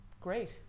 great